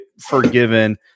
forgiven